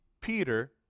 Peter